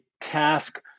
task